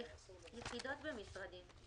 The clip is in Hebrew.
יחידות במשרדים.